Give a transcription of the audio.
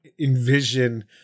Envision